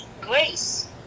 grace